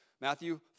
Matthew